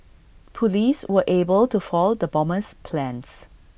Police were able to foil the bomber's plans